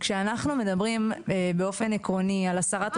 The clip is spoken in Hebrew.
כשאנחנו מדברים באופן עקרוני על הסרת רגולציה,